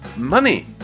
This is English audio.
money